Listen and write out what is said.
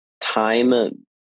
time